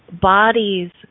bodies